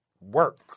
work